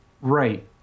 Right